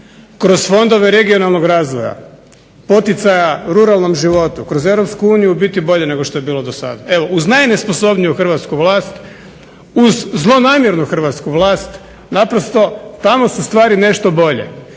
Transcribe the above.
kroz fondove regionalnog razvoja, poticaja ruralnog života, kroz EU biti bolje nego što je bilo do sada. Evo, uz najnesposobniju hrvatsku vlast uz zlonamjernu hrvatsku vlast naprosto tamo su stvari nešto bolje.